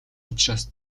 учраас